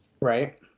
Right